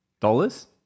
Dollars